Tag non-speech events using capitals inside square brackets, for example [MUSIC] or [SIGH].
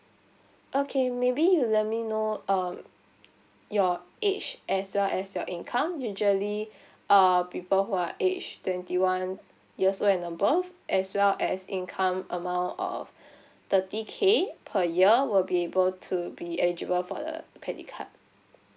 okay maybe you let me know uh your age as well as your income usually [BREATH] uh people who are aged twenty one years old and above as well as income amount of [BREATH] thirty k per year will be able to be eligible for the credit card